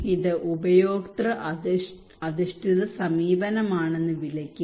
ഇത് ഉപയോക്തൃ അധിഷ്ഠിത സമീപനമാണെന്ന് വിളിക്കുക